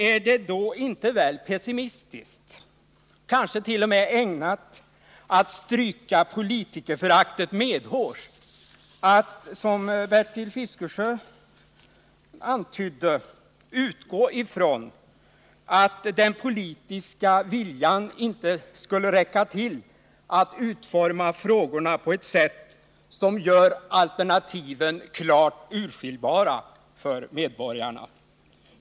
Är det då inte väl pessimistiskt och kanske t.o.m. ägnat att stryka politikerföraktet medhårs att, som Bertil Fiskesjö antydde, utgå ifrån att den politiska viljan inte skulle räcka till för att utforma frågorna på ett sätt som gör alternativen klart urskiljbara för medborgarna?